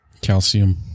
Calcium